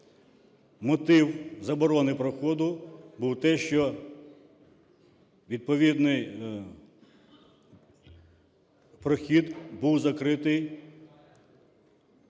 Мотив заборони проходу був те, що відповідний прохід був закритий